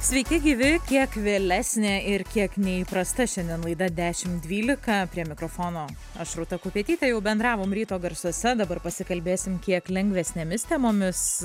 sveiki gyvi kiek vėlesnė ir kiek neįprasta šiandien laida dešim dvylika prie mikrofono aš rūta kupetytė jau bendravom ryto garsuose dabar pasikalbėsim kiek lengvesnėmis temomis